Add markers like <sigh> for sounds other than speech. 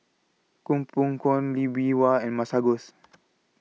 Koh Poh Koon Lee Bee Wah and Masagos <noise>